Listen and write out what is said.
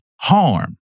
harm